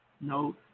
No